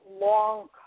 long